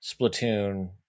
Splatoon